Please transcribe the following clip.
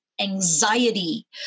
anxiety